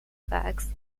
fax